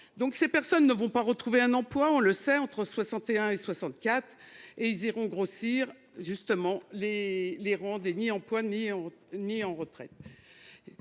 Donc ces personnes ne vont pas retrouver un emploi, on le sait, entre 61 et 64 et ils iront grossir justement les les rangs ni emploi ni honte ni en